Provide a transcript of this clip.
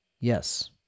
Yes